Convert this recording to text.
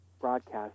broadcast